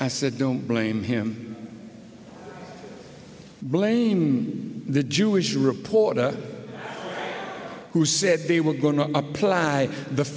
i said don't blame him blame the jewish reporter who said they were going to apply the